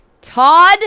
Todd